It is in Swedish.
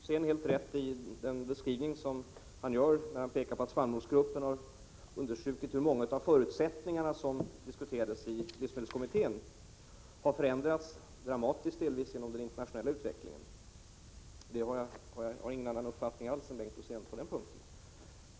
Herr talman! Jag ger Bengt Rosén helt rätt i fråga om de påpekanden han gör om att spannmålsgruppen understrukit att många av de förutsättningar som diskuterades i livsmedelskommittén har förändrats, delvis dramatiskt, genom den internationella utvecklingen. Jag har ingen annan uppfattning alls på den punkten.